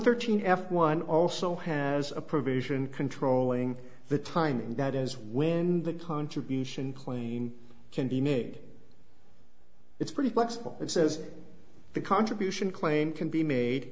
thirteen f one also has a provision controlling the timing and that is when the contribution plane can be made it's pretty flexible it says the contribution claim can be made